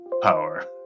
power